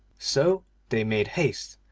so they made haste,